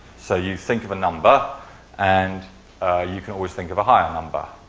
so, you think of a number and you can always think of a higher number.